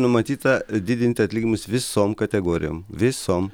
numatyta didinti atlyginimus visom kategorijom visom